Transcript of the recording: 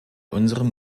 unserem